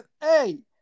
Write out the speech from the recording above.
hey